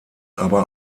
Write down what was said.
aber